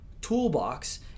toolbox